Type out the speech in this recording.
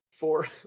four